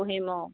বহিম অঁ